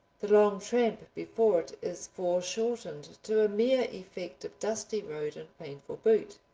the long tramp before it is foreshortened to a mere effect of dusty road and painful boot,